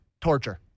Torture